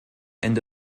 ende